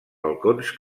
balcons